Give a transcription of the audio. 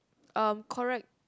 um correct